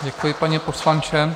Děkuji, pane poslanče.